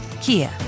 Kia